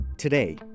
Today